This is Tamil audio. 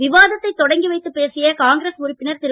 விவாதத்தைத் தொடங்கி வைத்துப் பேசிய காங்கிரஸ் உறுப்பினர் திரு